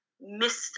missed